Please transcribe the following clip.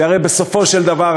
שהרי בסופו של דבר,